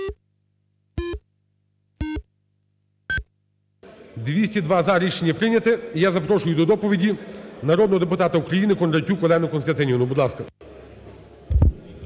За-202 Рішення прийнято. І я запрошую до доповіді народного депутата України Кондратюк Олену Костянтинівну, будь ласка.